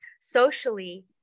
socially